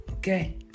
Okay